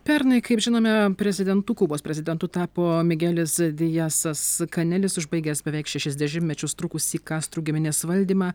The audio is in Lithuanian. pernai kaip žinome prezidentu kubos prezidentu tapo migelis dijasas kanelis užbaigęs beveik šešis dešimtmečius trukusį kastrų giminės valdymą